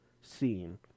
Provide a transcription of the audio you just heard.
scene